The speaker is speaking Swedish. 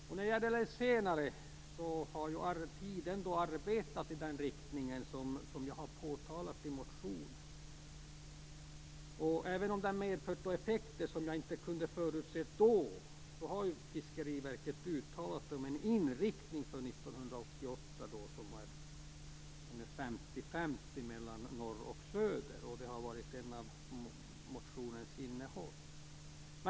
När det gäller det senare har tiden arbetat i den riktning som jag påtalat i motionen. Även om det har medfört effekter som jag då inte kunde förutse har Fiskeriverket uttalat sig om en inriktning för 1998 som är 50/50 mellan norr och söder, och det var också en del av motionens innehåll.